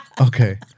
okay